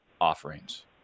offerings